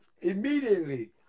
Immediately